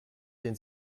den